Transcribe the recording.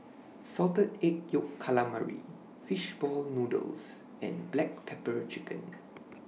Salted Egg Yolk Calamari Fish Ball Noodles and Black Pepper Chicken